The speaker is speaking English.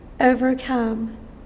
overcome